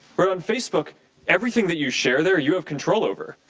on facebook everything that you share there, you have control over.